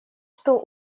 что